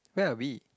where are we